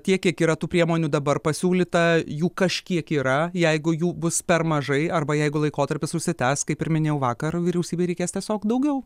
tiek kiek yra tų priemonių dabar pasiūlyta jų kažkiek yra jeigu jų bus per mažai arba jeigu laikotarpis užsitęs kaip ir minėjau vakar vyriausybėj reikės tiesiog daugiau